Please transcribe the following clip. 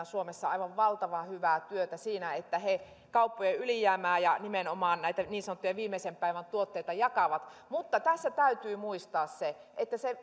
suomessa aivan valtavan hyvää työtä siinä että he kauppojen ylijäämää ja nimenomaan näitä niin sanottuja viimeisen päivän tuotteita jakavat mutta tässä täytyy muistaa se että se